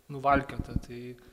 nuvalkiota tai